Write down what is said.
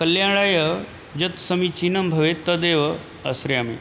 कल्याणाय यत् समीचीनं भवेत् तदेव आश्रयामि